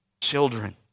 children